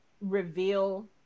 reveal